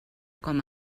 com